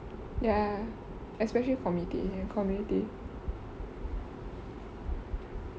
ya especially committee here community